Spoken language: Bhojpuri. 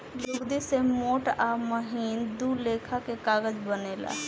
लुगदी से मोट आ महीन दू लेखा के कागज बनेला